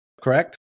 Correct